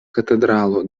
katedralo